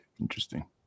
interesting